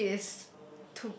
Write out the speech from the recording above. what the breed is